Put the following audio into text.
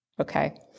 Okay